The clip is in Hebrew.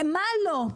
מה לא.